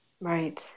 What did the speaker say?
Right